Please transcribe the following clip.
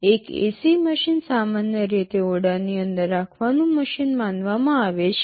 એક AC machine સામાન્ય રીતે ઓરડાની અંદર રાખવાનું મશીન માનવામાં આવે છે